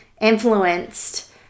Influenced